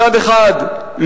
מצד אחד,